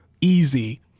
easy